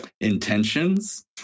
intentions